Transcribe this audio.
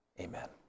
Amen